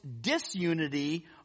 disunity